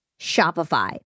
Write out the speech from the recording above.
Shopify